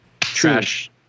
Trash